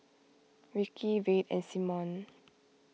Vickey Red and Simone